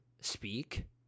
speak